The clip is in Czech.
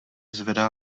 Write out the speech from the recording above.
zvedá